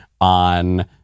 on